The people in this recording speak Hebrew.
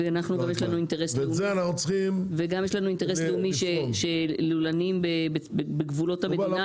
וגם יש לנו אינטרס לאומי שלולנים בגבולות המדינה ימשיכו לעבוד.